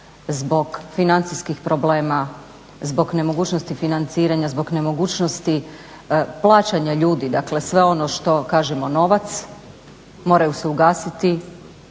zbog financijskih problema, zbog nemogućnosti financiranja, zbog nemogućnosti plaćanja ljudi dakle sve ono što kažemo novac moraju se ugasiti